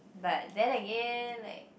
but then again like